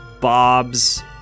Bob's